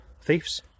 thieves